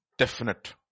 Definite